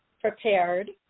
prepared